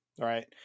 right